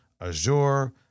Azure